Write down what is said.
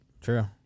True